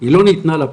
היא לא ניתנה לפרט,